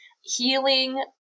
healing